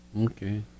Okay